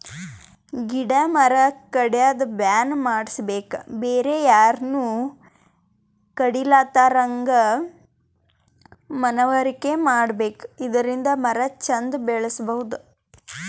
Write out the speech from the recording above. ಗಿಡ ಮರ ಕಡ್ಯದ್ ಬ್ಯಾನ್ ಮಾಡ್ಸಬೇಕ್ ಬೇರೆ ಯಾರನು ಕಡಿಲಾರದಂಗ್ ಮನವರಿಕೆ ಮಾಡ್ಬೇಕ್ ಇದರಿಂದ ಮರ ಚಂದ್ ಬೆಳಸಬಹುದ್